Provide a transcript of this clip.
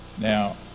Now